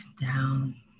down